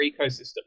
ecosystem